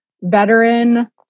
veteran